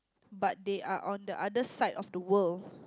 but they are on the other side of the world